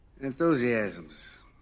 Enthusiasms